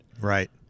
Right